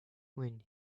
when